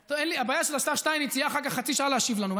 הבעיה שלשר שטייניץ תהיה אחר כך חצי שעה להשיב לנו,